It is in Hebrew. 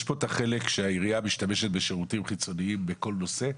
יש את החלק שהעירייה משתמשת בשירותים חיצוניים בכל נושא.